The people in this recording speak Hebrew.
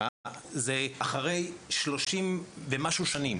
זה אחרי שלושים ומשהו שנים